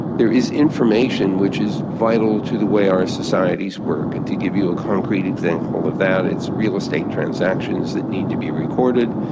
there is information which is vital to the way our societies work. and to give you a concrete example of that it's real estate transactions that need to be recorded.